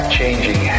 changing